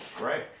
Right